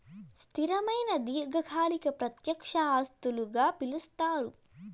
స్థిరమైన దీర్ఘకాలిక ప్రత్యక్ష ఆస్తులుగా పిలుస్తారు